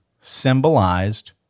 symbolized